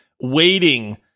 waiting